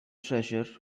treasure